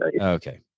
Okay